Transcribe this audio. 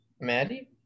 Maddie